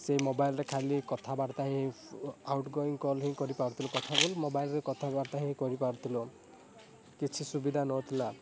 ସେ ମୋବାଇଲ୍ରେ ଖାଲି କଥାବାର୍ତ୍ତା ହିଁ ଆଉଟ୍ଗୋଇଙ୍ଗ କଲ୍ ହିଁ କରିପାରୁଥିଲୁ ତଥାପି ମୋବାଇଲ୍ରେ କଥାବାର୍ତ୍ତା ହିଁ କରିପାରୁଥିଲୁ କିଛି ସୁବିଧା ନଥିଲା